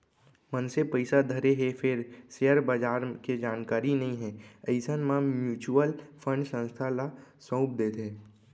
मनसे पइसा धरे हे फेर सेयर बजार के जानकारी नइ हे अइसन म म्युचुअल फंड संस्था ल सउप देथे